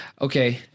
Okay